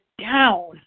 down